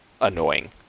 annoying